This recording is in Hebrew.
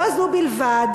לא זו בלבד,